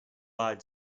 eyed